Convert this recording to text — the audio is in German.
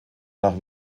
nach